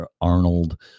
Arnold